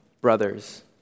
brothers